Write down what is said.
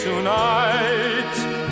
Tonight